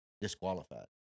disqualified